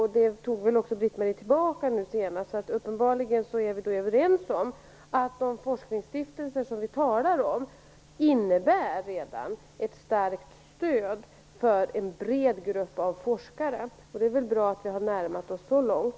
Hon tog också tillbaka det nu, så uppenbarligen är vi överens om att de forskningsstiftelser vi talar om redan innebär ett starkt stöd för en bred grupp av forskare. Det är bra att vi har närmat oss varandra så långt.